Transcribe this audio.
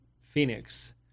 Phoenix